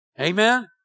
Amen